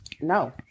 no